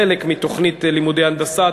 חלק מתוכנית לימודי הנדסה,